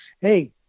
Hey